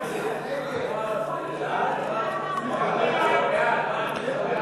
ההסתייגות של חבר הכנסת דוד רותם לסעיף 1 נתקבלה.